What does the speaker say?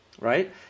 right